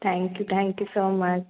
thank you thank you so much